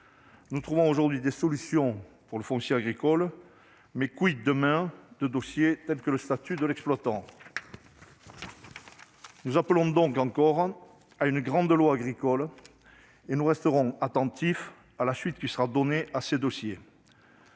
Nous trouvons aujourd'hui des solutions pour le foncier agricole, mais demain des dossiers tels que le statut de l'exploitant ? Nous appelons donc encore de nos voeux une grande loi agricole et nous resterons attentifs à la suite qui sera donnée à ces dossiers.